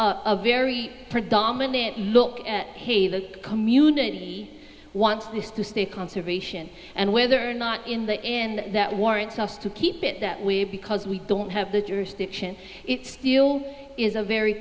a very predominant look at the community wants this to stay conservation and whether or not in the end that warrants us to keep it that way because we don't have the jurisdiction it still is a very